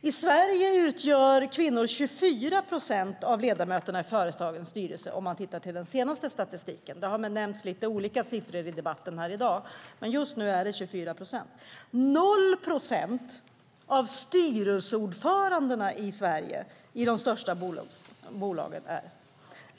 I Sverige utgör kvinnor 24 procent av ledamöterna i företagens styrelser, enligt den senaste statistiken. Det har nämnts lite olika siffror i debatten här i dag, men just nu är det 24 procent. 0 procent av styrelseordförandena i de största börsbolagen i Sverige